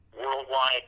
worldwide